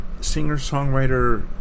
singer-songwriter